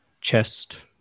chest